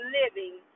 living